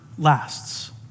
lasts